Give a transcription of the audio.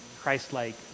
Christ-like